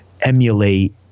emulate